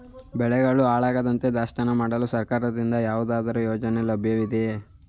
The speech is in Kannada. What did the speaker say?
ಬೆಳೆಗಳು ಹಾಳಾಗದಂತೆ ದಾಸ್ತಾನು ಮಾಡಲು ಸರ್ಕಾರದಿಂದ ಯಾವುದಾದರು ಯೋಜನೆ ಲಭ್ಯವಿದೆಯೇ?